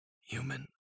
Human